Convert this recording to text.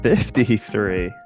Fifty-three